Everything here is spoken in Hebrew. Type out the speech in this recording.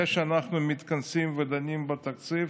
זה שאנחנו מתכנסים ודנים בתקציב